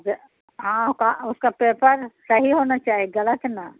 ہاں کا اس کا پیپر صحیح ہونا چاہیے غلط نہ